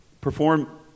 perform